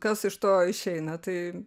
kas iš to išeina tai